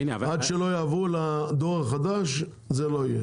עד שלא יעברו לדור החדש זה לא יהיה.